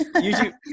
usually